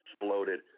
Exploded